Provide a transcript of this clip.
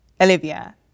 Olivia